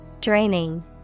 Draining